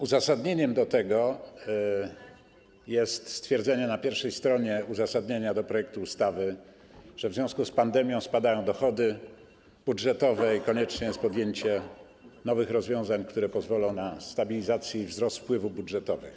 Uzasadnieniem tego jest stwierdzenie na pierwszej stronie uzasadnienia projektu ustawy, że w związku z pandemią spadają dochody budżetowe i konieczne jest podjęcie nowych rozwiązań, które pozwolą na stabilizację i wzrost wpływów budżetowych.